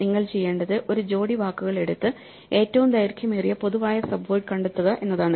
നിങ്ങൾ ചെയ്യേണ്ടത് ഒരു ജോഡി വാക്കുകൾ എടുത്ത് ഏറ്റവും ദൈർഘ്യമേറിയ പൊതുവായ സബ്വേഡ് കണ്ടെത്തുക എന്നതാണ്